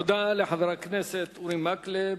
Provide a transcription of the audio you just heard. תודה לחבר הכנסת אורי מקלב.